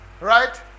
Right